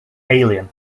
alien